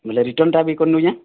ବେଲେ ରିଟର୍ଣ୍ଣଟା ବି କରିନେଉଛେଁ